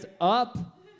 up